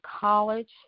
college